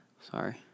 Sorry